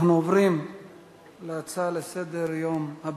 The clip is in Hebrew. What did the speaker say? אנחנו עוברים להצעות הבאות לסדר-היום,